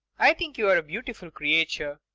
i think you're a beautiful creature.